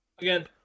again